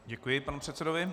Děkuji panu předsedovi.